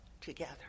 together